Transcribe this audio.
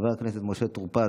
חבר הכנסת משה טור פז,